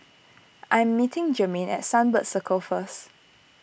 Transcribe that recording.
I am meeting Jermaine at Sunbird Circle first